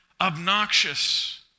obnoxious